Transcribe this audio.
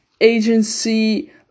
agency